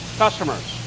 customers.